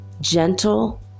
gentle